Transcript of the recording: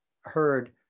heard